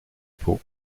peaux